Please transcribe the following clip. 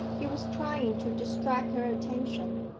he was trying to distract her attention,